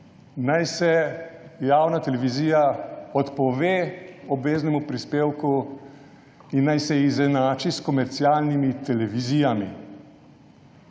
naj se javna televizija odpove obveznemu prispevku in naj se izenači s komercialnimi televizijami.